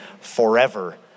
forever